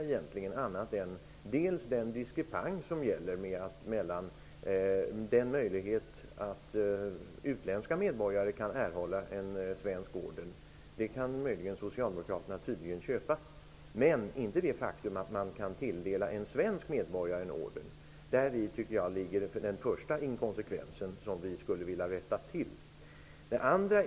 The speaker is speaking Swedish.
Socialdemokraterna kan tydligen ''köpa'' det faktum att utländska medborgare kan erhålla en svensk orden men vill inte medverka till att man skall kunna tilldela en svensk medborgare en orden. I den diskrepansen ligger en inkonsekvens som vi skulle vilja rätta till.